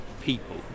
people